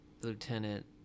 Lieutenant